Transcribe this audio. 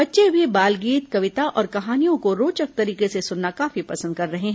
बच्चे भी बाल गीत कविता और कहानियों को रोचक तरीके से सुनना काफी पसंद कर रहे हैं